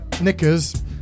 knickers